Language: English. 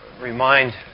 remind